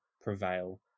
prevail